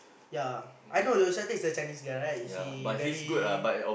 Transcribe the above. ya I know those statistics Chinese guy right she very